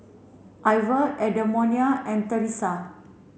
Iva Edmonia and Theresa